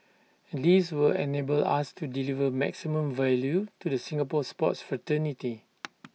this will enable us to deliver maximum value to the Singapore sports fraternity